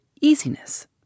easiness